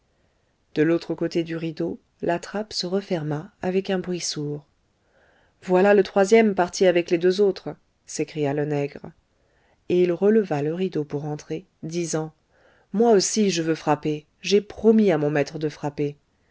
de l'autre côté du rideau la trappe se referma avec un bruit sourd voilà le troisième parti avec les deux autres s'écria le nègre et il releva le rideau pour entrer disant moi aussi je veux frapper j'ai promis à mon maître de frapper